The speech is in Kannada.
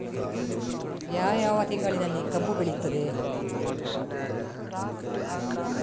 ಯಾವ ಯಾವ ತಿಂಗಳಿನಲ್ಲಿ ಕಬ್ಬು ಬೆಳೆಯುತ್ತದೆ?